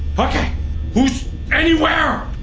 okay who's anywhere?